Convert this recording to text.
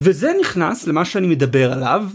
וזה נכנס למה שאני מדבר עליו.